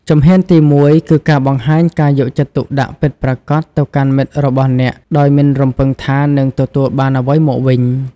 ជំហានទីមួយគឺការបង្ហាញការយកចិត្តទុកដាក់ពិតប្រាកដទៅកាន់មិត្តរបស់អ្នកដោយមិនរំពឹងថានឹងទទួលបានអ្វីមកវិញ។